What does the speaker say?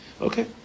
Okay